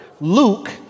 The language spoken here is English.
Luke